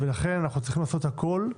לכן עלינו לעשות הכול,